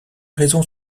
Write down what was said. raisons